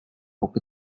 bóg